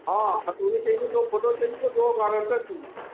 हाँ खतौनी चाहिए दो फोटो चहिए दो वारन्टर भी